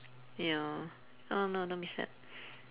yeah oh no don't be sad